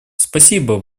спасибо